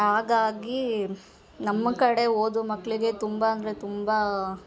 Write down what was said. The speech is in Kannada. ಹಾಗಾಗಿ ನಮ್ಮ ಕಡೆ ಓದು ಮಕ್ಕಳಿಗೆ ತುಂಬ ಅಂದರೆ ತುಂಬ